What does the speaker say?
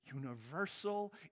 universal